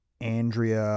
Andrea